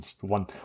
one